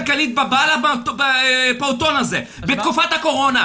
זה שאתה פוגע כלכלית בבעל הפעוטון בתקופת הקורונה.